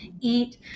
eat